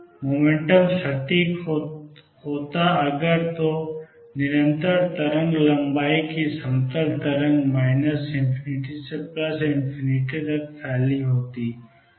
momentum सटीक होता अगर तो निरंतर तरंग लंबाई की समतल तरंग माइनस इनफिनिटी से प्लस इनफिनिटी तक फैलती है